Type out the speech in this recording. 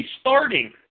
starting